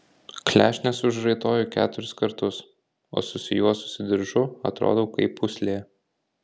klešnes užraitoju keturis kartus o susijuosusi diržu atrodau kaip pūslė